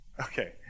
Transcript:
Okay